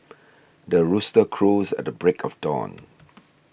the rooster crows at the break of dawn